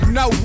no